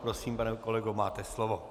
Prosím pane kolego, máte slovo.